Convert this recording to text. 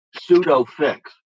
pseudo-fix